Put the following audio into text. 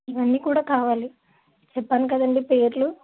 ఇవన్ని కూడా కావాలి చెప్పాను కదండీ పేర్లు